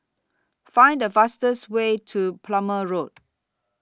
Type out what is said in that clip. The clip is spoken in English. Find The fastest Way to Plumer Road